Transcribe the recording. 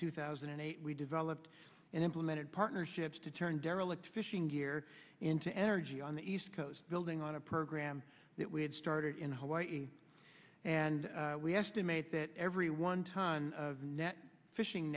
two thousand and eight we developed and implemented partnerships to turn derelict fishing gear into energy on the east coast building on a program that we had started in hawaii and we estimate that every one ton of net fishing